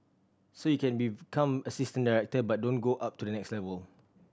so you can become assistant director but don't go up to the next level